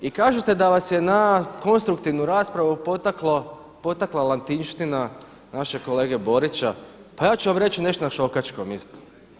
I kažete da vas je na konstruktivnu raspravu potakla latinština našeg kolege Borića, pa ja ću vam reć nešto na šokačkom isto.